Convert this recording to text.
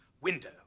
window